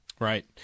Right